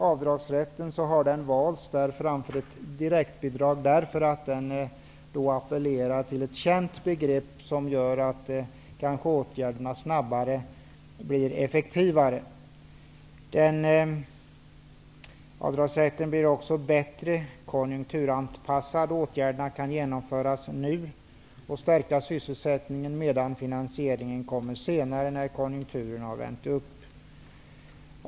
Avdragsrätten har valts framför ett direktbidrag därför att den appelerar till ett känt begrepp som gör att åtgärderna snabbare blir effektiva. Avdragsrätten blir också bättre konjunkturanpassad om åtgärderna kan genomföras nu. Sysselsättningen stärks medan finansieringen kommer senare, när konjunkturen har vänt.